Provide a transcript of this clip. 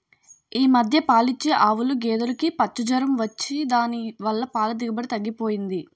ఈ మధ్య పాలిచ్చే ఆవులు, గేదులుకి పచ్చ జొరం వచ్చి దాని వల్ల పాల దిగుబడి తగ్గిపోయింది